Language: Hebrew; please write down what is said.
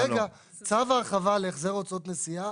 צו ההרחבה להחזר הוצאות נסיעה